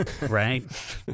Right